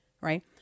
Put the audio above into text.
right